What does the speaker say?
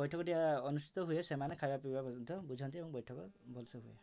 ବୈଠକଟି ଅନୁଷ୍ଠିତ ହୁଏ ସେମାନେ ଖାଇବା ପିଇବା ମଧ୍ୟ ବୁଝନ୍ତି ଏବଂ ବୈଠକ ଭଲରେ ହୁଏ